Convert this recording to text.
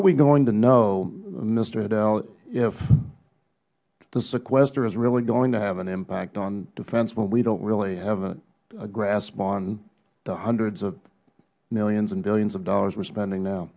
are we going to know mister heddell if the sequester is really going to have an impact on defense when we dont really have a grasp on the hundreds of millions and billions of dollars we are spending now